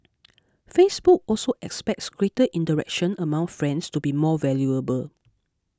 Facebook also expects greater interaction among friends to be more valuable